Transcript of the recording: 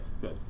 good